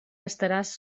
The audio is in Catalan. estaràs